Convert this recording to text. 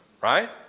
Right